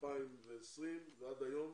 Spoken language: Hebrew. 2020 ועד היום,